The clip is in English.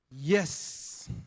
Yes